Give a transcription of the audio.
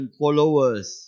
followers